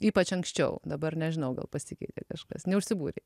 ypač anksčiau dabar nežinau gal pasikeitė kažkas neužsibūrei